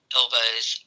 elbows